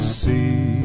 see